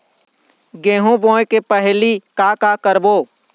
गेहूं बोए के पहेली का का करबो?